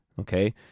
Okay